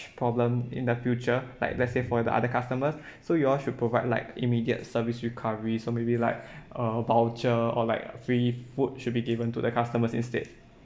problem in the future like let's say for the other customers so you all should provide like immediate service recovery so maybe like a voucher or like free food should be given to the customers instead